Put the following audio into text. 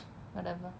whatever